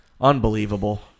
unbelievable